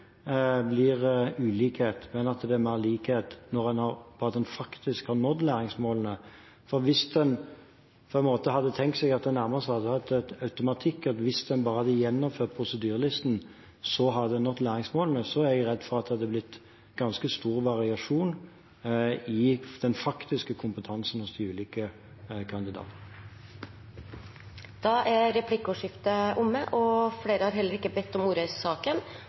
blir ulikhet, men at det er mer likhet for at en faktisk har nådd læringsmålene. Hvis en på en måte hadde tenkt seg at det nærmest hadde vært en automatikk i at hvis en bare hadde gjennomført prosedyrelisten, så hadde en nådd læringsmålene, er jeg redd for at det hadde blitt ganske stor variasjon i den faktiske kompetansen hos de ulike kandidatene. Replikkordskiftet er omme. Flere har ikke bedt om ordet